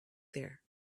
there